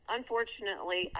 Unfortunately